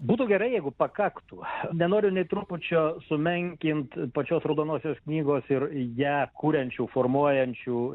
būtų gerai jeigu pakaktų nenoriu nė trupučio sumenkint pačios raudonosios knygos ir ją kuriančių formuojančių